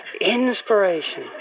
Inspiration